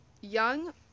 Young